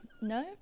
No